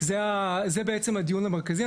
זה בעצם הדיון המרכזי.